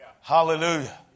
Hallelujah